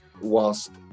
whilst